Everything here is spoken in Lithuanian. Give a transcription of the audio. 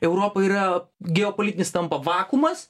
europa yra geopolitinis tampa vakuumas